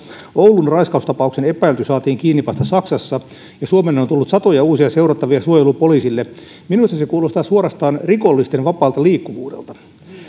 oulun raiskaustapauksen epäilty saatiin kiinni vasta saksassa ja suomeen on tullut satoja uusia seurattavia suojelupoliisille minusta se se kuulostaa suorastaan rikollisten vapaalta liikkuvuudelta